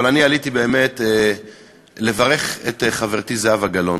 אבל אני עליתי באמת לברך את חברתי זהבה גלאון,